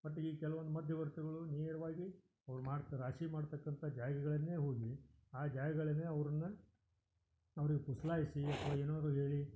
ಮತ್ತು ಈಗ ಕೆಲ್ವೊಂದು ಮಧ್ಯವರ್ತಿಗಳು ನೇರವಾಗಿ ಅವ್ರು ಮಾಡ್ತಾ ರಾಶಿ ಮಾಡತಕ್ಕಂಥ ಜಾಗಗಳಲ್ಲೇ ಹೋಗಿ ಆ ಜಾಗಗಳಲ್ಲೇ ಅವ್ರನ್ನ ಅವ್ರಿಗೆ ಪುಸಲಾಯಿಸಿ ಅಥವಾ ಏನಾದ್ರೂ ಹೇಳಿ